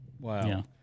wow